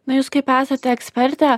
na jūs kaip esate ekspertė